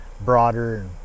broader